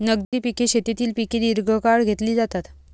नगदी पिके शेतीतील पिके दीर्घकाळ घेतली जातात